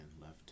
left